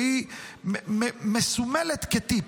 והיא מסומלת כטיפ.